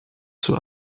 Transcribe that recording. zur